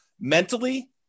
mentally